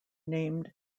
named